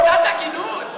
קצת הגינות.